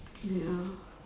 ya